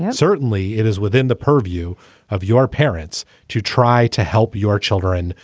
yeah certainly it is within the purview of your parents to try to help your children,